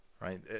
right